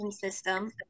system